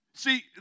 See